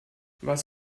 was